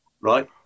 right